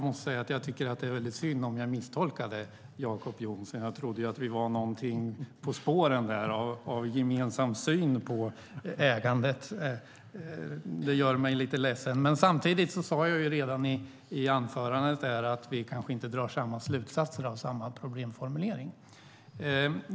Herr talman! Jag tycker att det är synd om jag misstolkade Jacob Johnson. Jag trodde att vi var någonting på spåren när det gäller en gemensam syn på ägandet. Det gör mig lite ledsen att det inte är så. Samtidigt sade jag redan i mitt huvudanförande att vi kanske inte drar samma slutsatser av problemformuleringen.